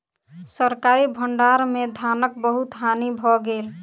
सरकारी भण्डार में धानक बहुत हानि भ गेल